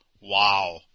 Wow